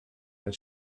that